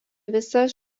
visas